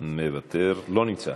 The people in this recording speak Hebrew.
לא נמצא,